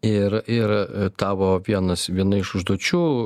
ir ir tavo pienas viena iš užduočių